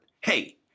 Hey